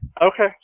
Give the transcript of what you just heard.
Okay